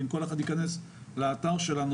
כל מי שייכנס לאתר שלנו,